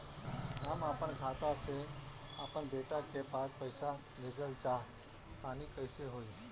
हम आपन खाता से आपन बेटा के पास पईसा भेजल चाह तानि कइसे होई?